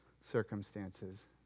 circumstances